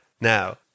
Now